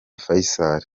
faisal